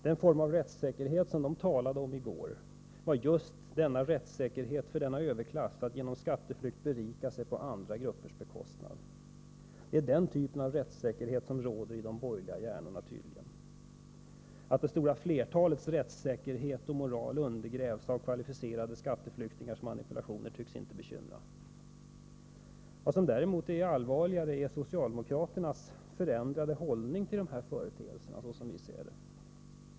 Den form av rättssäkerhet som de talade om i går var just en rättssäkerhet för denna överklass att genom skatteflykt berika sig på andra gruppers bekostnad. Det är tydligen den typen av rättssäkerhet som råder i de borgerliga hjärnorna. Att det stora flertalets rättssäkerhet och moral undergrävs av kvalificerade skatteflyktingars manipulationer tycks inte bekymra borgerligheten. Vad som är allvarligare är socialdemokraternas, som vi ser det, förändrade hållning till dessa företeelser.